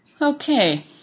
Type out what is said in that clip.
Okay